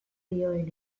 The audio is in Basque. dioenez